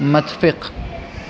متفق